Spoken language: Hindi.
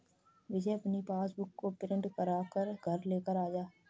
विजय अपनी पासबुक को प्रिंट करा कर घर लेकर आया है